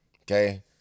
Okay